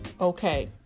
okay